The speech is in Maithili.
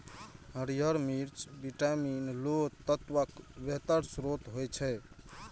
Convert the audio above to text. हरियर मिर्च विटामिन, लौह तत्वक बेहतर स्रोत होइ छै